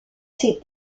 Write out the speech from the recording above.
ses